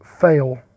fail